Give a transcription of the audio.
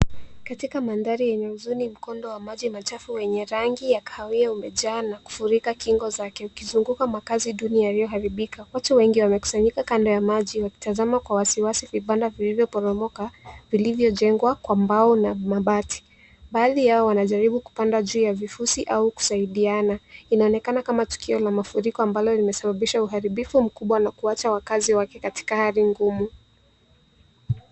Katika mandhari yenye huzuni, mkondo wa maji machafu wenye rangi ya kahawia umejaa na kufurika kingo zake, ukizunguka makazi duni yaliyoharibika. Watu wengi wamekusanyika kando ya maji, wakitazama kwa wasiwasi vibanda vilivyoporomoka vilivyojengwa kwa mbao na mabati. Baadhi yao wanajaribu kupanda juu ya vifusi au kusaidiana. Inaonekana kama tukio la mafuriko, ambalo limesababisha uharibifu mkubwa na kuwaacha wakazi wake katika hali ngumu.